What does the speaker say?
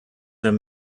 their